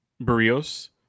Barrios